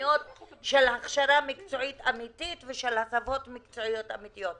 תוכניות של הכשרה מקצועית אמיתית ושל הטבות מקצועיות אמיתיות.